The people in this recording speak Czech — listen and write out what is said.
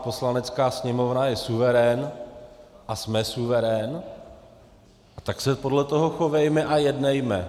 Poslanecká sněmovna je suverén, a jsme suverén, tak se podle toho chovejme a jednejme.